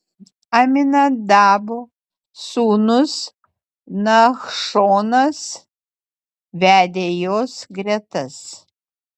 aminadabo sūnus nachšonas vedė jos gretas